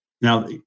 Now